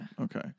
Okay